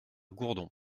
gourdon